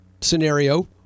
scenario